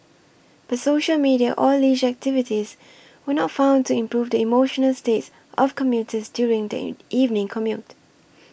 but social media or leisure activities were not found to improve the emotional states of commuters during the evening commute